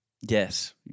Yes